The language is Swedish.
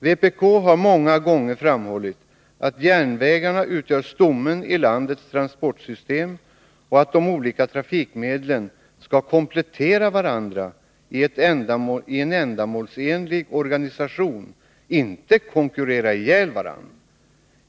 Vpk har många gånger framhållit att järnvägarna utgör stommen i landets transportsystem och att de olika trafikmedlen skall komplettera varandra i en ändamålsenlig organisation — inte konkurrera ihjäl varandra.